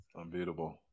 Unbeatable